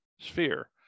sphere